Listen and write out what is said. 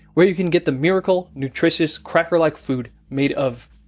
where you can get the miracle nutritious cracker-like food made of.